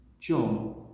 John